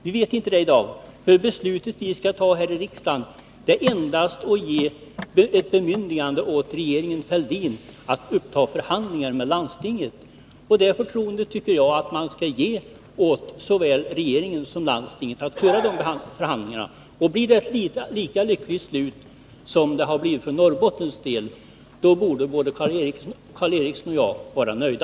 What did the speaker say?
Det beslut som vi skall fatta här i riksdagen innebär endast att vi ger regeringen Fälldin bemyndigande att uppta förhandlingar med landstinget. Det förtroendet tycker jag att man skall visa såväl regeringen som landstinget. Blir det ett lika lyckligt slut i det här fallet som det blev för Norrbottens del, borde både Karl Erik Eriksson och jag vara nöjda.